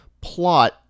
plot